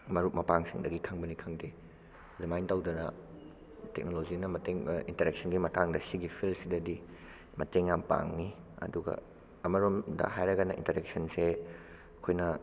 ꯃꯔꯨꯞ ꯃꯄꯥꯡꯁꯤꯡꯗꯒꯤ ꯈꯪꯕꯅꯤ ꯈꯪꯗꯦ ꯑꯗꯨꯃꯥꯏꯅ ꯇꯧꯗꯅ ꯇꯦꯛꯅꯣꯂꯣꯖꯤꯅ ꯃꯇꯦꯡ ꯏꯟꯇꯔꯦꯛꯁꯟꯒꯤ ꯃꯇꯥꯡꯗ ꯁꯤꯒꯤ ꯐꯤꯜꯁꯤꯗꯗꯤ ꯃꯇꯦꯡ ꯌꯥꯝ ꯄꯥꯡꯏ ꯑꯗꯨꯒ ꯑꯃꯔꯣꯝꯗ ꯍꯥꯏꯔꯒꯅ ꯏꯟꯇꯔꯦꯛꯁꯟꯁꯦ ꯑꯩꯈꯣꯏꯅ